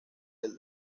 del